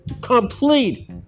Complete